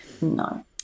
No